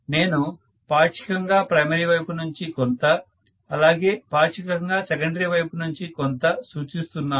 నేను పాక్షికంగా ప్రైమరీ వైపు నుంచి కొంత అలాగే పాక్షికంగా సెకండరీ వైపు నుంచి కొంత సూచిస్తున్నాను